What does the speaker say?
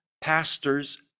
pastors